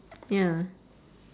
ya